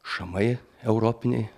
šamai europiniai